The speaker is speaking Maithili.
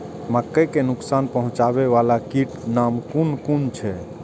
मके के नुकसान पहुँचावे वाला कीटक नाम कुन कुन छै?